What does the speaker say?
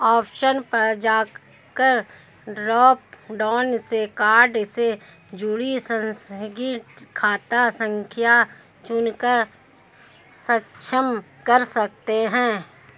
option पर जाकर drop down से कार्ड से जुड़ी प्रासंगिक खाता संख्या चुनकर सक्षम कर सकते है